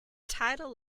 title